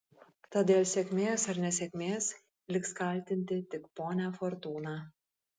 tad dėl sėkmės ar nesėkmės liks kaltinti tik ponią fortūną